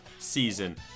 season